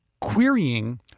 querying